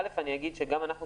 אני אגיד שגם אנחנו,